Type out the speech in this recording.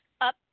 up